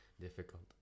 difficult